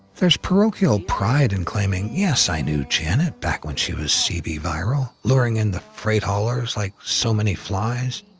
there's parochial pride in claiming, yes, i knew janet back when she was cb vi ral luring in the freight haulers like so many flies.